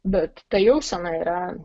bet tai jausena yra